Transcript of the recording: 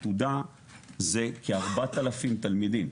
זה כ 4,000 תלמידים.